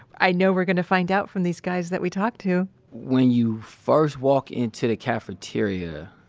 i know we're gonna find out from these guys that we talked to when you first walk into the cafeteria,